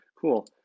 cool